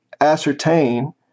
ascertain